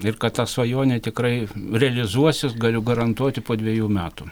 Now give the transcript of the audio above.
ir kad ta svajonė tikrai realizuosis galiu garantuoti po dvejų metų